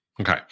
Okay